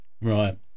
right